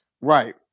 Right